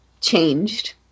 changed